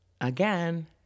again